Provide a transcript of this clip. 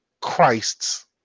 Christs